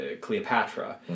Cleopatra